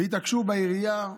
התעקשו בעירייה,